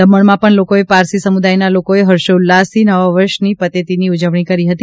દમણમાં પણ લોકોએ પારસી સમુદાયના લોકોએ હર્ષોલ્લાસથી નવા વર્ષની પતેતીની ઉજવણી કરી હતી